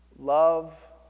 Love